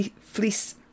Fleece